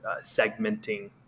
segmenting